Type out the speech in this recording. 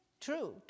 true